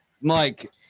Mike